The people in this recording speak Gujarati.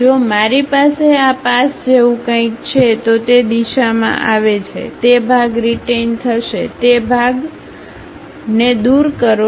જો મારી પાસે આ પાસ જેવું કંઈક છે તો તે દિશામાં આવે છે તે ભાગ રીટેઈન થશે તે ભાગ રીટેઈન થશે અને આને દૂર કરો